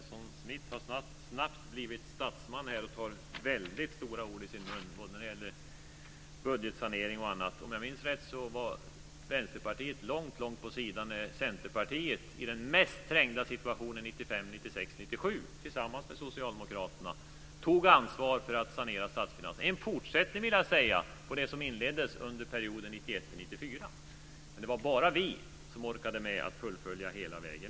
Herr talman! Karin Svensson Smith har snabbt blivit statsman och tar väldigt stora ord i sin mun när det gäller budgetsanering och annat. Om jag minns rätt var Vänsterpartiet långt på sidan när Centerpartiet i den mest trängda situationen 1995, 1996, 1997, tillsammans med Socialdemokraterna tog ansvar för att sanera statsfinanserna; en fortsättning, vill jag säga, på det som inleddes under perioden 1991-1994. Men det var bara vi som orkade med att fullfölja hela vägen.